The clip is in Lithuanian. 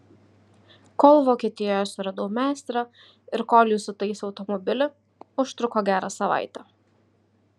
kol vokietijoje suradau meistrą ir kol jis sutaisė automobilį užtruko gerą savaitę